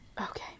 Okay